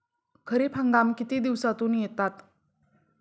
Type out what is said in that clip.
खरीप हंगाम किती दिवसातून येतात?